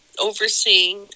overseeing